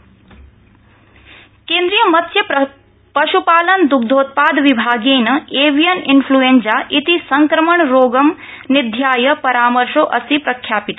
avian influenza केन्द्रीय मत्स्य पश्पालन दुग्धोत्पाद विभागेन एविएन् इन्फ्लूएंजा इति संक्रमणरोगं निध्याय परामर्शोंडस्ति प्रख्यापित